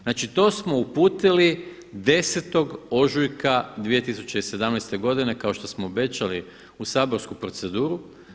Znači to smo uputili 10 ožujka 2017. godine kao što smo obećali u saborsku proceduru.